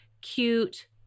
cute